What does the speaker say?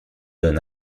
don